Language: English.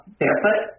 barefoot